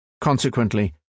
Consequently